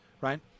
Right